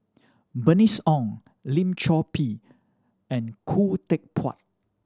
Bernice Ong Lim Chor Pee and Khoo Teck Puat